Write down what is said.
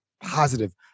positive